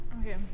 Okay